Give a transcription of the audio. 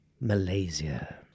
Malaysia